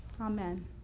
Amen